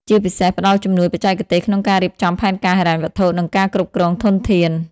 ជាពិសេសផ្តល់ជំនួយបច្ចេកទេសក្នុងការរៀបចំផែនការហិរញ្ញវត្ថុ និងការគ្រប់គ្រងធនធាន។